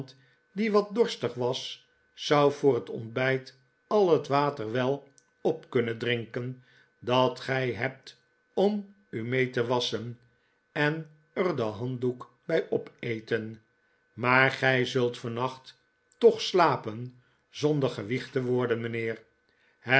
die wat dorstig was zou voor het ontbijt al het water wel op kunnen drinken dat gij hebt om u mee te wasschen en er den handdoek bij opeten maar gij zult vannacht toch slapen zonder gewiegd te worden mijnheer